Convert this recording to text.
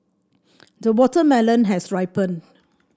the watermelon has ripened